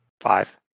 Five